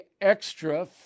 extra